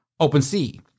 OpenSea